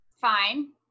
fine